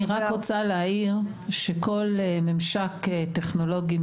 אני רק רוצה להעיר שכל ממשק טכנולוגי,